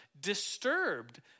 disturbed